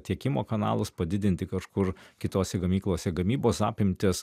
tiekimo kanalus padidinti kažkur kitose gamyklose gamybos apimtis